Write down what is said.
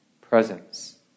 presence